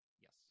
Yes